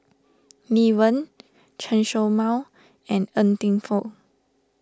Lee Wen Chen Show Mao and Ng Teng Fong